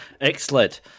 Excellent